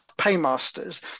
paymasters